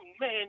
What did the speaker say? man